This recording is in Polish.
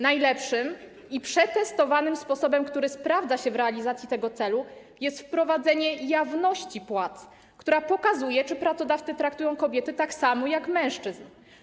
Najlepszym i przetestowanym sposobem, który sprawdza się w realizacji tego celu, jest wprowadzenie jawności płac, która pokazuje, czy pracodawcy traktują kobiety tak samo jak mężczyzn.